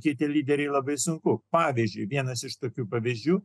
kiti lyderiai labai sunku pavyzdžiui vienas iš tokių pavyzdžių